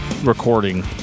recording